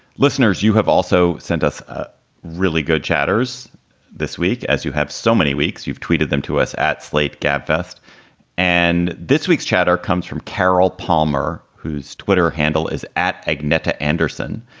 listeners you have also sent us a really good chatter's this week. as you have so many weeks, you've tweeted them to us at slate gabfest and this week's chatter comes from carol palmer, whose twitter handle is at agneta anderson.